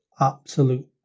absolute